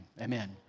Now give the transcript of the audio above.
amen